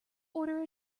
order